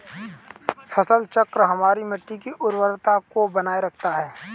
फसल चक्र हमारी मिट्टी की उर्वरता को बनाए रखता है